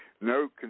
No